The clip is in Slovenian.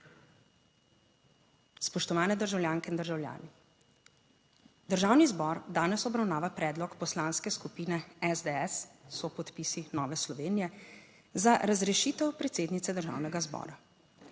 Spoštovane državljanke in državljani. Državni zbor danes obravnava predlog Poslanske skupine SDS s sopodpisi Nove Slovenije za razrešitev predsednice Državnega zbora.